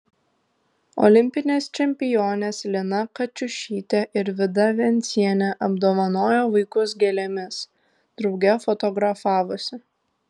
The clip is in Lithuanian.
olimpinės čempionės lina kačiušytė ir vida vencienė apdovanojo vaikus gėlėmis drauge fotografavosi